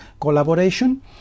collaboration